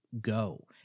go